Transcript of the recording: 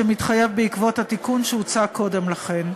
שמתחייב בעקבות התיקון שהוצע קודם לכן.